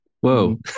Whoa